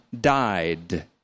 died